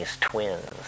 twins